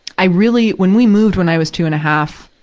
i really when we moved, when i was two and a half,